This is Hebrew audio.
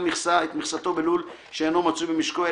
מכסה את מכסתו בלול שאינו מצוי במשקו,